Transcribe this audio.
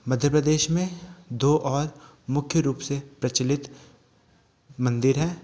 मध्य प्रदेश में दो और मुख्य रूप से प्रचलित मंदिर है